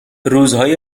روزهای